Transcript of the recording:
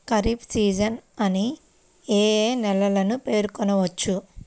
Kharif season అని ఏ ఏ నెలలను పేర్కొనవచ్చు?